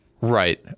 right